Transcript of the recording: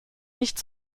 nicht